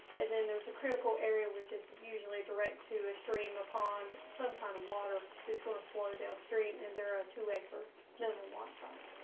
and then there's a critical area, which is usually direct to a stream upon some kind of water is going to flow downstream. and there are two wafer cans in one sense.